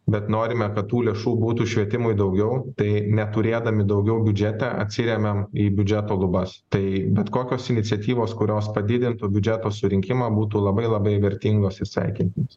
bet norime kad tų lėšų būtų švietimui daugiau tai neturėdami daugiau biudžete atsiremiam į biudžeto lubas tai bet kokios iniciatyvos kurios padidintų biudžeto surinkimą būtų labai labai vertingos ir sveikintinos